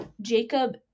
jacob